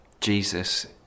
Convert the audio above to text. Jesus